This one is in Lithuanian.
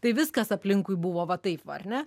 tai viskas aplinkui buvo va taip va ar ne